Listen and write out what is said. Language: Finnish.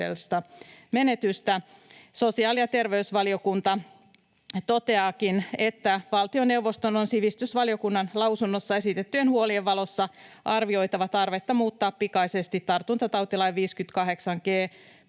Sosiaali- ja terveysvaliokunta toteaakin, että valtioneuvoston on sivistysvaliokunnan lausunnossa esitettyjen huolien valossa arvioitava tarvetta muuttaa pikaisesti tartuntatautilain 58 g §:n